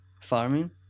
farming